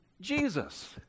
Jesus